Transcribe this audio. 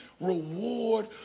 reward